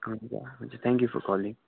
हुन्छ हुन्छ thank you for calling